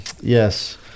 Yes